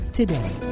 today